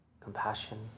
compassion